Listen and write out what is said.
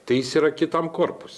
tai jis yra kitam korpuse